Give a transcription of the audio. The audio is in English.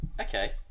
Okay